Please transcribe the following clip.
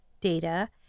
data